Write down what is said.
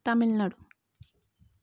Tamil Nadu